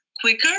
quicker